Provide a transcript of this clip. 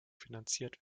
finanziert